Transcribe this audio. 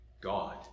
God